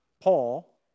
Paul